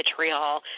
vitriol